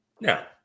Now